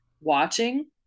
watching